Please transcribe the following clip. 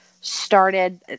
started